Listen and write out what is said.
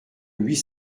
huit